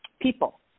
people